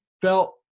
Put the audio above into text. felt